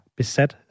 besat